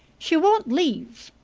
she won't leave.